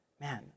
man